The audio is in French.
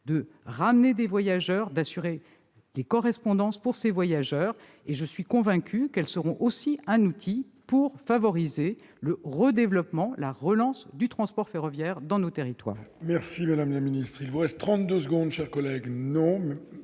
de ramener des voyageurs et d'assurer leurs correspondances. Je suis convaincue qu'elles seront aussi un outil pour favoriser le redéveloppement, la relance du transport ferroviaire dans nos territoires.